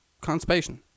Constipation